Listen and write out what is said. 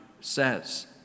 says